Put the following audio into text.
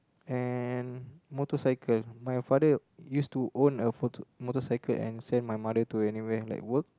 and motorcycle my father used to own a motor~ motorcycle and send my mother to anywhere like work